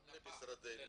גם למשרדי ממשלה.